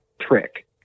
trick